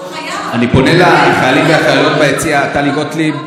אני פונה לחיילים ולחיילות ביציע, טלי גוטליב,